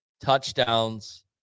touchdowns